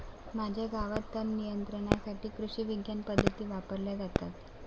माझ्या गावात तणनियंत्रणासाठी कृषिविज्ञान पद्धती वापरल्या जातात